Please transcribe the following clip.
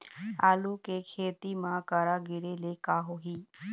आलू के खेती म करा गिरेले का होही?